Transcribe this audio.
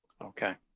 Okay